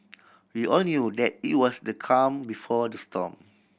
we all knew that it was the calm before the storm